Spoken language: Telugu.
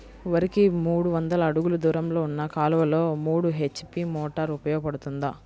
వరికి మూడు వందల అడుగులు దూరంలో ఉన్న కాలువలో మూడు హెచ్.పీ మోటార్ ఉపయోగపడుతుందా?